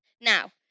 Now